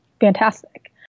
fantastic